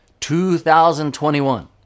2021